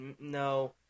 no